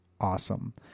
awesome